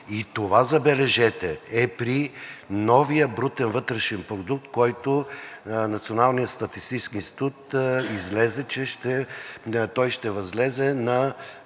и това, забележете, е при новия брутен вътрешен продукт, с който Националният статистически институт излезе,